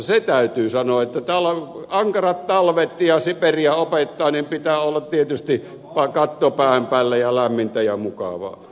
se täytyy sanoa että kun täällä on ankarat talvet ja siperia opettaa niin pitää olla tietysti katto pään päällä ja lämmintä ja mukavaa